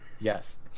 Yes